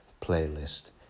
playlist